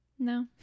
No